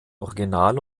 original